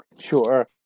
Sure